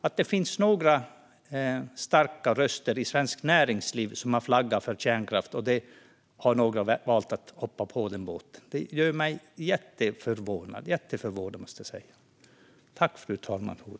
Att det finns några starka röster i svenskt näringsliv som har flaggat för kärnkraft och att några har valt att hoppa på den båten gör mig mycket förvånad.